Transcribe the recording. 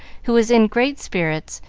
who was in great spirits,